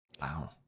Wow